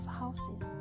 houses